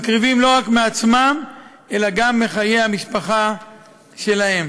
מקריבים לא רק מעצמם אלא גם מחיי המשפחה שלהם.